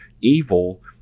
evil